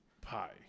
pie